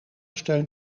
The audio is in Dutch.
steun